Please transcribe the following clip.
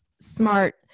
smart